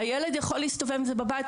הילד יכול להסתובב עם זה בבית,